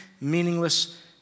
meaningless